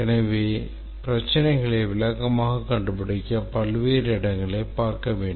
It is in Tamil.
எனவே சிக்கல்களை விளக்கமாக கண்டுபிடிக்க பல்வேறு இடங்களைப் பார்க்க வேண்டும்